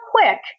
quick